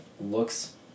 looks